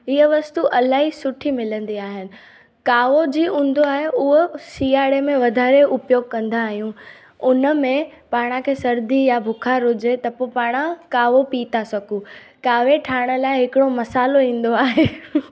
हीअ वस्तू इलाही सुठी मिलंदी आहिनि कावो जीअं आहे उहो सियारे में वधारे उपयोगु कंदा आहियूं उन में पाण खे सर्दी या बुख़ार हुजे त पोइ पाण कावो पी था सघूं कावो ठाहिण लाइ हिकिड़ो मसाल्हो ईंदो आहे